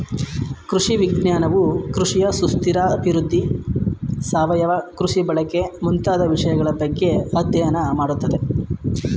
ಕೃಷಿ ವಿಜ್ಞಾನವು ಕೃಷಿಯ ಸುಸ್ಥಿರ ಅಭಿವೃದ್ಧಿ, ಸಾವಯವ ಕೃಷಿ ಬಳಕೆ ಮುಂತಾದ ವಿಷಯಗಳ ಬಗ್ಗೆ ಅಧ್ಯಯನ ಮಾಡತ್ತದೆ